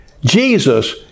Jesus